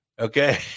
Okay